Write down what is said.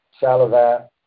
Salavat